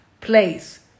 place